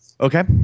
Okay